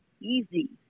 easy